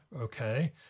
Okay